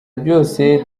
byose